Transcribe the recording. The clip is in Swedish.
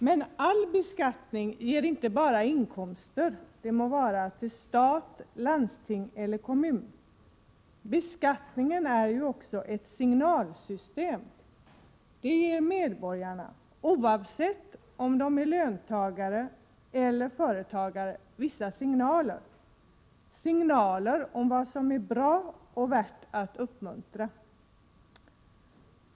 Men all beskattning ger inte bara inkomster till stat, landsting eller kommun — beskattningen är också ett signalsystem. Det ger medborgarna, oavsett om de är löntagare eller företagare, vissa signaler, signaler om vad som är bra och värt att uppmuntra.